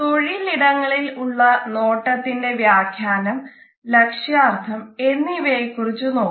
തൊഴിലിടങ്ങളിൽ ഉള്ള നോട്ടത്തിന്റെ വ്യാഖ്യാനം ലക്ഷ്യാർഥം എന്നിവയെ കുറിച്ച് നോക്കാം